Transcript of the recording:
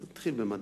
אני אתחיל במדעים,